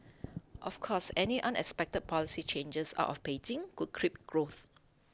of course any unexpected policy changes out of Beijing could crimp growth